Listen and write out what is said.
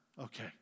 Okay